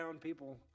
People